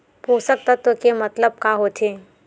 पोषक तत्व के मतलब का होथे?